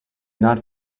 not